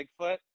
Bigfoot